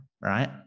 right